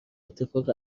اتفاق